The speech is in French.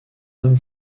homme